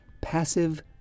passive